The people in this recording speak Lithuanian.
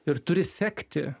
ir turi sekti